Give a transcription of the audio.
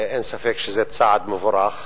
אין ספק שזה צעד מבורך,